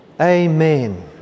Amen